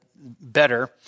better